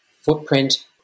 footprint